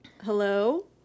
hello